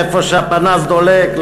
איפה שהפנס דולק,